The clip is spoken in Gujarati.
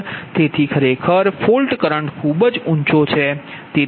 તેથી ખરેખર ફોલ્ટ કરંટ ખૂબ ઉચો છે